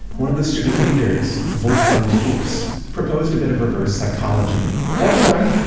one of the student leaders wolfgang fuchs proposed a bit of reversed psychology wolfgang,